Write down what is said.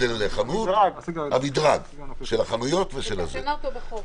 לגבי המדרג של החנויות ושל מוסדות החינוך.